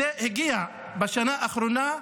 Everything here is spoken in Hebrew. זה הגיע בשנה האחרונה,